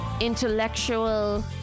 intellectual